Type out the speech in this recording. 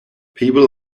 people